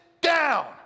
down